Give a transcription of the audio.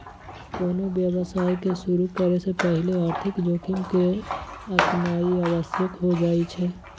कोनो व्यवसाय के शुरु करे से पहिले आर्थिक जोखिम के आकनाइ आवश्यक हो जाइ छइ